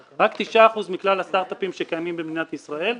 רק 9% מכלל הסטרטאפים שקיימים במדינת ישראל,